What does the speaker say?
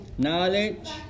Knowledge